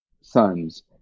sons